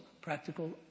practical